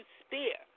spear